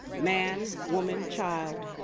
man, woman, child,